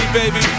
baby